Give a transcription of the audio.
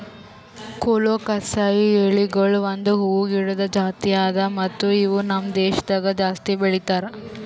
colocasia ಎಲಿಗೊಳ್ ಒಂದ್ ಹೂವು ಗಿಡದ್ ಜಾತಿ ಅದಾ ಮತ್ತ ಇವು ನಮ್ ದೇಶದಾಗ್ ಜಾಸ್ತಿ ಬೆಳೀತಾರ್